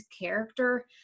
character